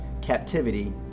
captivity